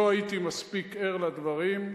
לא הייתי מספיק ער לדברים,